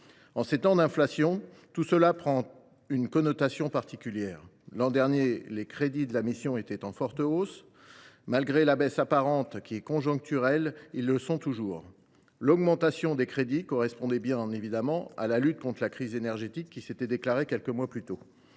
En ces temps d’inflation, tout cela prend une connotation particulière. L’an dernier, les crédits de la mission étaient en forte hausse ; malgré la baisse apparente, qui est conjoncturelle, ils le sont toujours. L’augmentation des crédits correspondait en effet à la lutte contre la crise énergétique qui s’était déclarée quelques mois plus tôt.